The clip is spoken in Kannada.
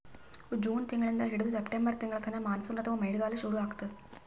ಜೂನ್ ತಿಂಗಳಿಂದ್ ಹಿಡದು ಸೆಪ್ಟೆಂಬರ್ ತಿಂಗಳ್ತನಾ ಮಾನ್ಸೂನ್ ಅಥವಾ ಮಳಿಗಾಲ್ ಶುರು ಆತದ್